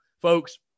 Folks